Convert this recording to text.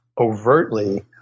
overtly